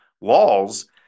laws